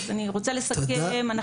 אני רוצה לסכם.